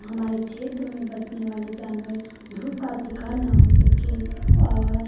हमारे क्षेत्र में बसने वाले जानवर धूप का शिकार न हो सके और